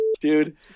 Dude